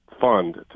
fund